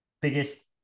biggest